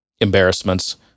embarrassments